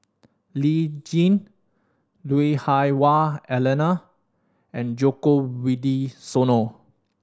Lee Tjin Lui Hah Wah Elena and Djoko Wibisono